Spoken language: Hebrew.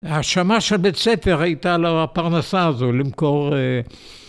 האשמה של בית הספר הייתה לו הפרנסה הזו למכור.